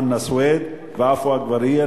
חנא סוייד ועפו אגבאריה,